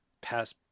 pass